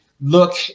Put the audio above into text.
look